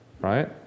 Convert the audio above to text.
Right